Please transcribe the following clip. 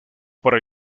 para